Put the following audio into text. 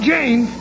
Jane